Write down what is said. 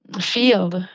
field